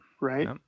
Right